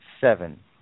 seven